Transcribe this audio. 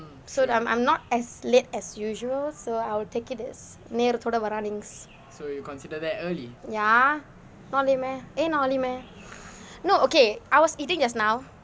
so I'm I'm not as late as usual so I'll take it as நேரத்தோட வரான்:naerathoda varaan ya not late meh eh not early meh no okay I was eating just now